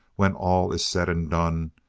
when all is said and done,